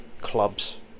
clubs